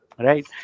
Right